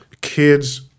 kids